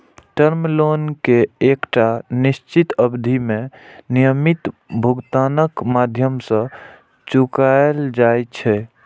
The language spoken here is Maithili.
टर्म लोन कें एकटा निश्चित अवधि मे नियमित भुगतानक माध्यम सं चुकाएल जाइ छै